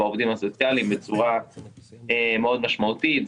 עם העובדים הסוציאליים בצורה מאוד משמעותית,